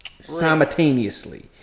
Simultaneously